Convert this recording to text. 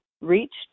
reached